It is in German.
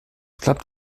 klappt